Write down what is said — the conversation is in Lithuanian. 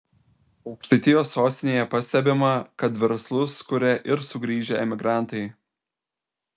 aukštaitijos sostinėje pastebima kad verslus kuria ir sugrįžę emigrantai